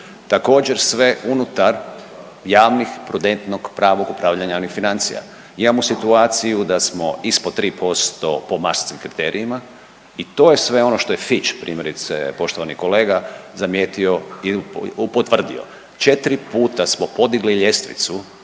Također sve unutar javnih prudentnog pravog upravljanja javnih financija, imamo situaciju da smo ispod 3% po .../Govornik se ne razumije./... kriterijima i to je sve ono što je Fitch, primjerice, poštovani kolega zamijetio i potvrdio. 4 puta smo podigli ljestvicu